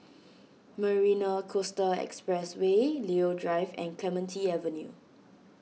Marina Coastal Expressway Leo Drive and Clementi Avenue